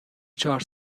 چهار